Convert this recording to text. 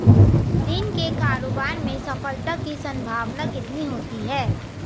दिन के कारोबार में सफलता की संभावना कितनी होती है?